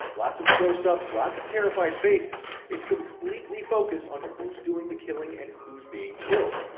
lots of closeups, lots of terrified faces, it's completely focused on who's doing the killing and who's being killed.